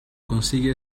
consigue